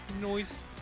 Noise